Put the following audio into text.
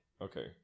Okay